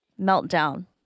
meltdown